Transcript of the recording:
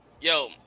Yo